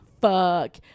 fuck